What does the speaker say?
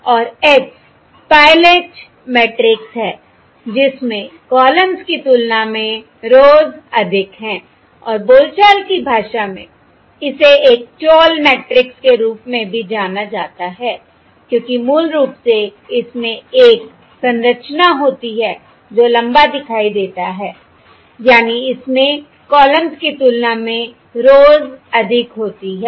और x pilot matrix है जिसमें कॉलम्ज़ की तुलना में रोज़ अधिक हैं और बोलचाल की भाषा में इसे एक टॉल मैट्रिक्स के रूप में भी जाना जाता है क्योंकि मूल रूप से इसमें एक संरचना होती है जो लंबा दिखाई देती है यानी इसमें कॉलम्ज़ की तुलना में रोज़ अधिक होती हैं